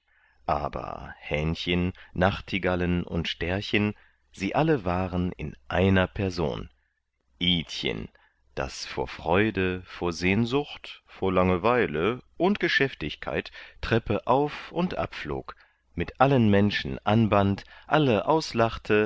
aber hähnchen nachtigallen und stärchen sie alle waren in einer person idchen das vor freude vor sehnsucht vor langeweile und geschäftigkeit treppe auf und abflog mit allen menschen anband alle auslachte